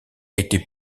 était